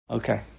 Okay